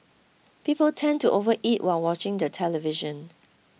people tend to overeat while watching the television